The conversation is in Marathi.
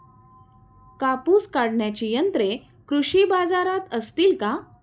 कापूस काढण्याची यंत्रे कृषी बाजारात असतील का?